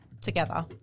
together